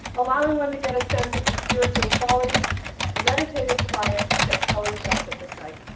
allowing one to get a sense of the spiritual quality the meditative quiet that kelly felt at the site.